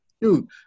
Dude